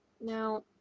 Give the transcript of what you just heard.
Now